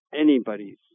Anybody's